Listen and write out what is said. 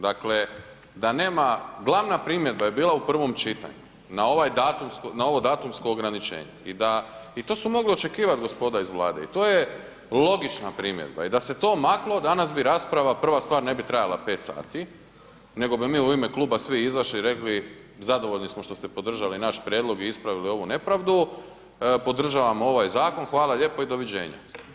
Dakle, da nema, glavna primjedba je bila u prvom čitanju na ovaj datum, na ovo datumsko ograničenje i da, i to se moglo očekivati gospodo iz Vlade i to je logična primjedba i da se to maklo, danas bi rasprava, prva stvar, ne bi trajala 5 sati nego bi mi u ime kluba svi izašli i rekli zadovoljni smo što ste podržali naš prijedlog i ispravili ovu nepravdu, podržavamo ovaj zakon, hvala lijepo i doviđenja.